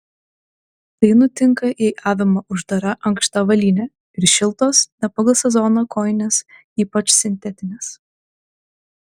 tai nutinka jei avima uždara ankšta avalynė ir šiltos ne pagal sezoną kojinės ypač sintetinės